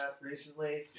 recently